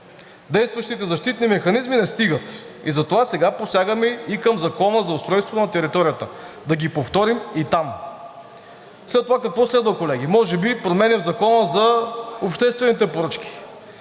Действащите защитни механизми не стигат. И затова сега посягаме и към Закона за устройство на територията – да ги повторим и там. След това какво следва, колеги? Може би промени в Закона за обществените поръчки?